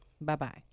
Bye-bye